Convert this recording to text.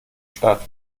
statt